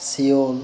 চিঅ'ল